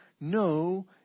no